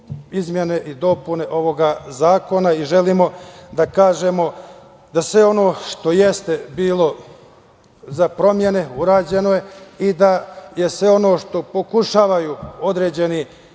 izmene i dopune ovog zakona. Želimo da kažemo da sve ono što jeste bilo za promene urađeno je i da je sve ono što pokušavaju da određeni